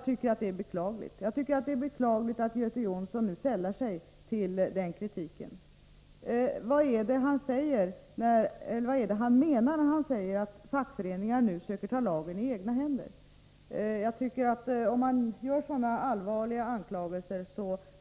Jag tycker att det är beklagligt att Göte Jonsson nu sällar sig till den kritiken. Vad är det han menar när han säger att fackföreningarna nu söker ta lagen i egna händer? Om man framför sådana allvarliga anklagelser